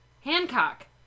Hancock